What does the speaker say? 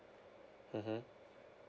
mmhmm